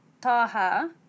Taha